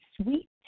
sweet